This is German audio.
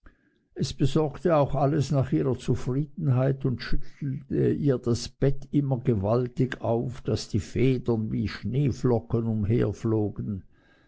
es besorgte auch alles nach ihrer zufriedenheit und schüttelte ihr das bett immer gewaltig auf daß die federn wie schneeflocken